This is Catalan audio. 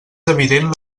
evident